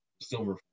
Silver